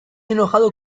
enojado